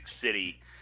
City